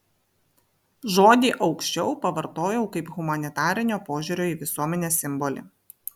žodį aukščiau pavartojau kaip humanitarinio požiūrio į visuomenę simbolį